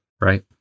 Right